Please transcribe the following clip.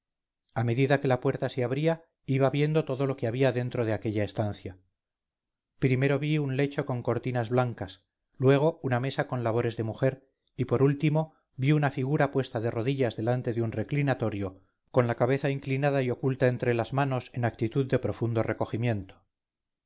a medida que la puerta se abría iba viendo todo lo que había dentro de aquella estancia primero vi un lecho con cortinas blancas luego una mesa con labores de mujer y por último vi una figura puesta de rodillas delante de un reclinatorio con la cabeza inclinada y oculta enter las manos en actitud de profundo recogimiento